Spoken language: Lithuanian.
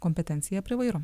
kompetenciją prie vairo